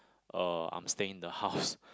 uh I'm staying in the house